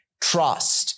trust